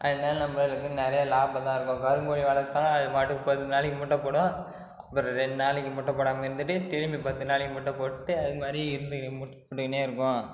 அதனால நம்மளுக்கு நிறைய லாபம் தான் இருக்கும் கருங்கோழி வளர்த்தாலும் அது பாட்டுக்கு பத்து நாளைக்கு முட்டை போடும் ரெண்டு நாளைக்கு முட்டை போடாமல் இருந்துட்டு திரும்பி பத்து நாளைக்கு முட்டை போட்டு அதுமாதிரி இருந்துக்கினு முட்டை போட்டுக்குன்னே இருக்கும்